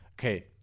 Okay